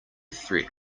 threat